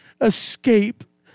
escape